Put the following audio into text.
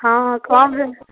हँ कम